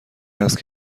است